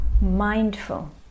mindful